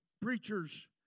Preachers